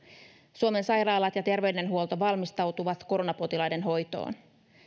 suomen sairaalat ja terveydenhuolto valmistautuvat koronapotilaiden hoitoon